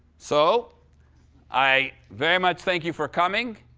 so i very much thank you for coming.